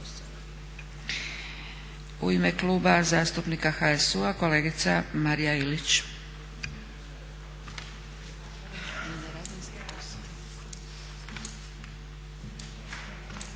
U ime Kluba zastupnika HSU-a kolegica Marija Ilić.